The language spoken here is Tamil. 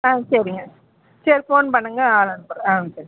ஆ சரிங்க சரி ஃபோன் பண்ணுங்கள் ஆளு அனுப்புகிறேன் ஆ சரி